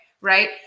right